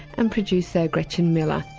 and producer gretchen miller.